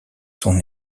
son